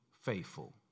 faithful